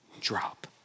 drop